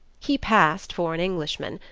he passed for an englishman,